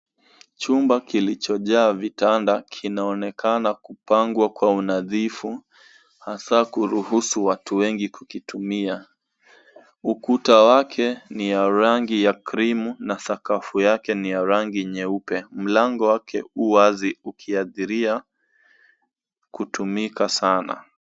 Chumba kilichojaa vitanda kinaonekana kupangwa kwa unadhifu hasa kuruhusu watu wengi kukitumia. Ukuta yake ni ya rangi ya krimu na sakafu yake ni ya rangi nyeupe. Mlango wake uwazi ukiashiria kutumika sana.